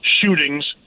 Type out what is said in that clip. shootings